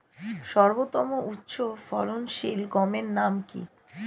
সর্বতম উচ্চ ফলনশীল গমের নাম কি?